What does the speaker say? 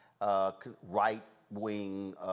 right-wing